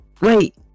wait